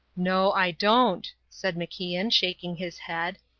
no, i don't, said macian, shaking his head.